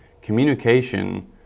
Communication